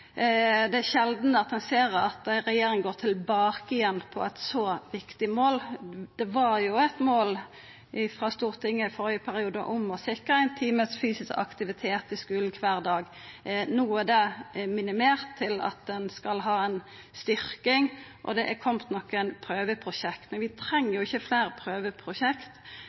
Det er sjeldan ein ser at ei regjering går tilbake igjen på eit så viktig mål. Det var eit mål frå Stortinget i førre periode om å sikra ein time fysisk aktivitet i skulen kvar dag. No er det minimert til at ein skal ha ei styrking, og det har kome nokre prøveprosjekt. Men vi treng ikkje fleire